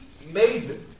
made